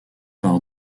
par